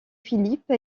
philippe